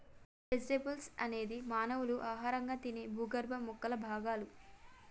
route vegetables అనేది మానవులు ఆహారంగా తినే భూగర్భ మొక్కల భాగాలు